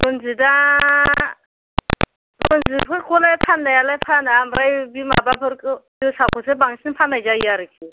रनजितआ रन्जितफोरखौलाय फाननायालाय फाना ओमफ्राय बि माबाफोरखौ जोसाखौसो बांसिन फाननाय जायो आरोखि